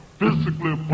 physically